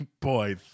boy